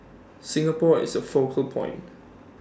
Singapore is A focal point